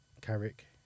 Carrick